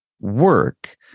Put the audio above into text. work